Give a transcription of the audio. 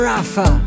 Rafa